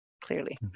clearly